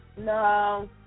No